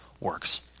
works